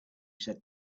said